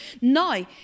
Now